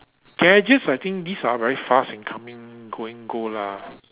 gadgets I think these are very fast and coming going go lah